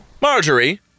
Marjorie